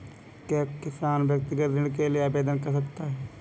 क्या कोई किसान व्यक्तिगत ऋण के लिए आवेदन कर सकता है?